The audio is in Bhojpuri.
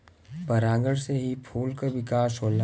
परागण से ही फूल क विकास होला